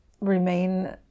remain